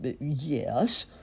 Yes